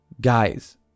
Guys